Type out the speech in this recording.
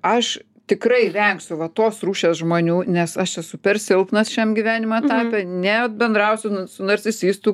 aš tikrai vengsiu va tos rūšies žmonių nes aš esu per silpnas šiam gyvenimo etape nebendrausiu su narcisistu